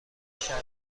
بشر